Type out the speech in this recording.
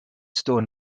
stone